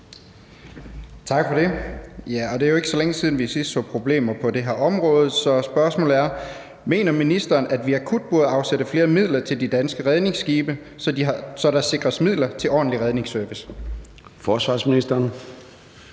Bøgsted (DD): Det er jo ikke så længe siden, vi sidst så problemer på det her område, så spørgsmålet er: Mener ministeren, at vi akut burde afsætte flere midler til de danske redningsskibe, så der sikres midler til ordentlig redningsservice? Kl.